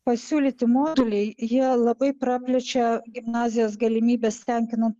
pasiūlyti moduliai jie labai praplečia gimnazijos galimybes tenkinant